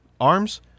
Arms